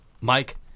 Mike